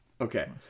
Okay